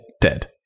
Dead